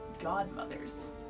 godmothers